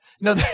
No